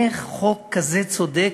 איך חוק כזה צודק,